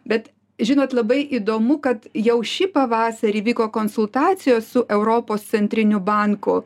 bet žinot labai įdomu kad jau šį pavasarį vyko konsultacijos su europos centriniu banku